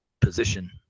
position